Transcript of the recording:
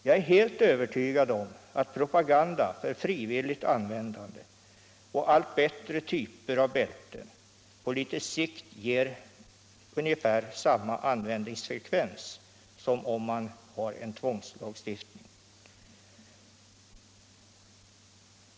Jag är helt övertygad om att propaganda för frivilligt användande av de allt bättre typerna av bälten på litet sikt ger ungefär samma användningsfrekvens som en tvångslagstiftning.